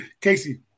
Casey